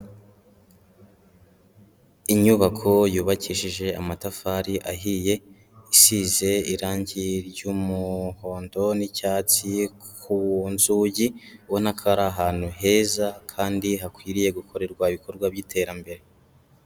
Inyubako yubakishije amatafari ahiye, isize irangi ry'umuhondo n'icyatsi ku nzugi ubonaka ari ahantu heza kandi hakwiriye gukorerwa ibikorwa by'iterambere.